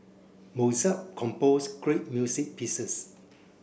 Mozart composed great music pieces